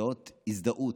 כאות הזדהות,